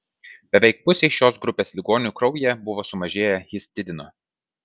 beveik pusei šios grupės ligonių kraujyje buvo sumažėję histidino